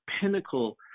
pinnacle